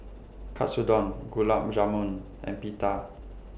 Katsudon Gulab Jamun and Pita